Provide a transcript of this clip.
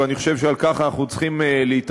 ואני חושב שעל כך אנחנו צריכים להתאחד,